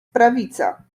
prawica